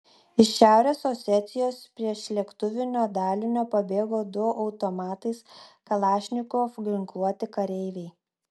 iš šiaurės osetijos priešlėktuvinio dalinio pabėgo du automatais kalašnikov ginkluoti kareiviai